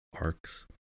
arcs